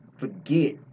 forget